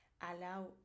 allow